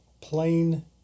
plain